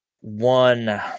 one